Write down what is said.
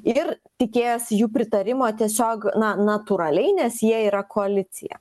ir tikėjosi jų pritarimo tiesiog natūraliai nes jie yra koalicija